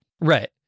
Right